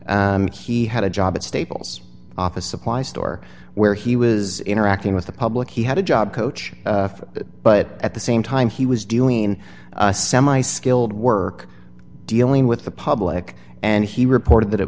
when he had a job at staples office supply store where he was interacting with the public he had a job coach but at the same time he was doing semi skilled work dealing with the public and he reported that it